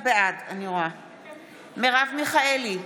בעד מרב מיכאלי,